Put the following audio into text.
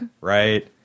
right